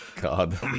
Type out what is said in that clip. god